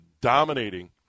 dominating